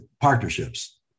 partnerships